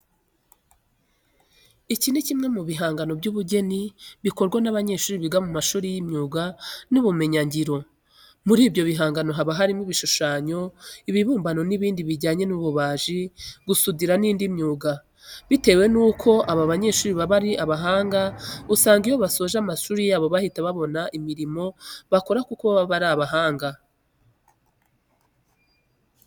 Iki ni kimwe mu bihangano by'ubugeni bikorwa n'abanyeshuri biga mu mashuri y'imyuga n'ibumenyingiro. Muri ibyo bihangano haba harimo ibishushanyo, ibibumbano n'ibindi bijyanye n'ububaji, gusudira n'indi myuga. Bitewe nuko aba banyeshuri baba ari abahanga usanga iyo basoje amashuri yabo bahita babona imirimo bakora kuko baba ari abahanga.